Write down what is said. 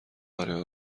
برای